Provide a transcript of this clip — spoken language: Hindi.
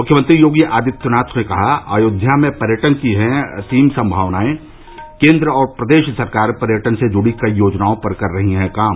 मुख्यमंत्री योगी आदित्यनाथ ने कहा अयोध्या में पर्यटन की है असीम संभावनाएं केन्द्र और प्रदेश सरकार पर्यटन से जुड़ी कई योजनाओं पर कर रही है काम